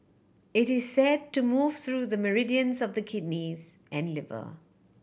it is said to move through the meridians of the kidneys and liver